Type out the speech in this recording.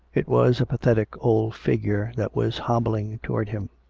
it was a pathetic old figure that was hobbling towards him.